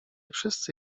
wszyscy